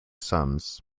sums